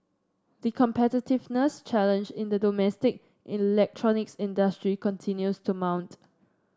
the competitiveness challenge in the domestic electronics industry continues to mount